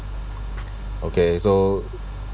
okay so